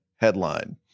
headline